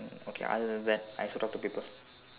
mm okay other than that I also talk to people